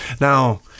Now